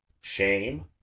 shame